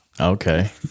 Okay